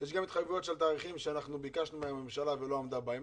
יש גם התחייבויות לתאריכים שאנחנו ביקשנו מן הממשלה והיא לא עמדה בהם.